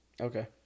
Okay